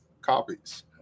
copies